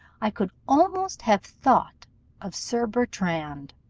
i could almost have thought of sir bertrand,